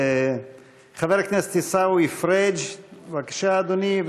חבר הכנסת עיסאווי פריג' בבקשה, אדוני.